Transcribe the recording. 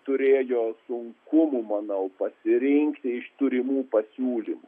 turėjo sunkumų manau pasirinkti iš turimų pasiūlymų